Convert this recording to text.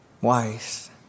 Wise